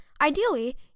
Ideally